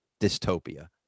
dystopia